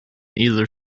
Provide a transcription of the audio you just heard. either